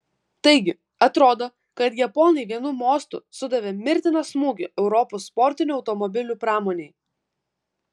taigi atrodo kad japonai vienu mostu sudavė mirtiną smūgį europos sportinių automobilių pramonei